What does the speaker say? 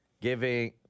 Giving